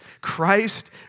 Christ